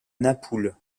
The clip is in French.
napoule